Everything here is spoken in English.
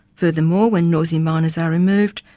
furthermore, when noisy miners are removed,